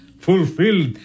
fulfilled